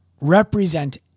represent